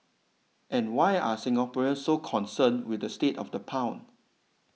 and why are Singaporeans so concerned with the state of the pound